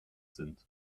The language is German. sind